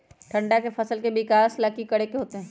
ठंडा में फसल के विकास ला की करे के होतै?